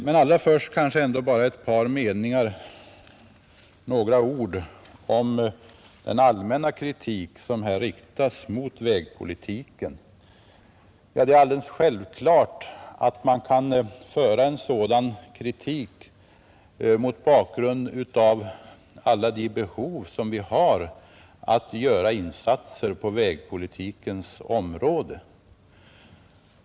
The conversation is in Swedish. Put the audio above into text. Men allra först kanske ändå bara några ord om den allmänna kritik som här riktats mot vägpolitiken. Det är alldeles självklart att en sådan kritik kan framföras mot bakgrunden av alla de behov att göra insatser på vägpolitikens område som vi har.